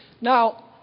Now